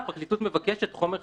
הפרקליטות מבקשת חומר חקירה,